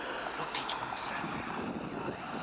and looked each one who sat there in the eye.